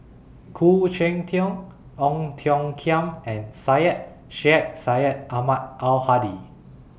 Khoo Cheng Tiong Ong Tiong Khiam and Syed Sheikh Syed Ahmad Al Hadi